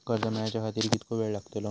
कर्ज मेलाच्या खातिर कीतको वेळ लागतलो?